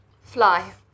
Fly